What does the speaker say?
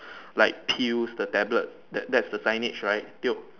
like pills the tablets that that's the signage right tio